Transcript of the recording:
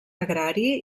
agrari